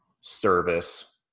service